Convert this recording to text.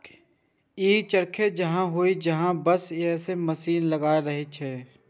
ई चरखे जकां होइ छै, बस अय मे मशीन लागल रहै छै